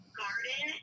garden